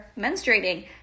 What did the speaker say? menstruating